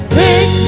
fix